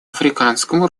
африканском